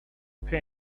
pay